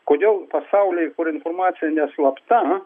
kodėl pasaulyje kur informacija neslapta